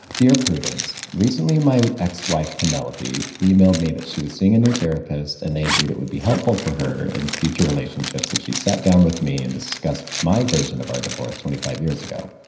dear prudence. recently, my ex-wife penelope emailed me that she was seeing a new therapist and they agreed it would be helpful for her in future relationships if she sat down with me and discussed my version of our divorce twenty five years ago.